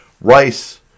Rice